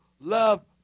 love